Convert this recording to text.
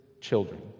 children